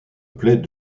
plaît